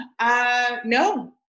No